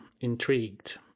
intrigued